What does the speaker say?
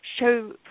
show